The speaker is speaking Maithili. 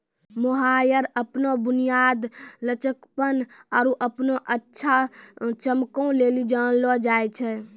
मोहायर अपनो बुनियाद, लचकपन आरु अपनो अच्छा चमको लेली जानलो जाय छै